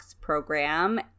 program